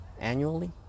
annually